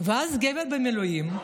ואז הגבר במילואים,